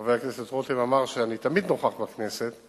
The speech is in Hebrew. חבר הכנסת רותם אמר שאני תמיד נוכח בכנסת.